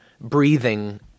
breathing